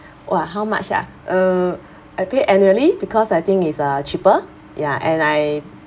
!wah! how much ah uh I pay annually because I think it's uh cheaper ya and I